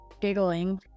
giggling